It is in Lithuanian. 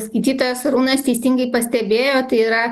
skaitytojas arūnas teisingai pastebėjo tai yra